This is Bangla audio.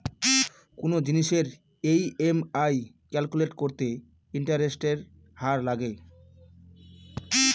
কোনো জিনিসের ই.এম.আই ক্যালকুলেট করতে ইন্টারেস্টের হার লাগে